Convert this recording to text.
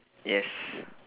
yes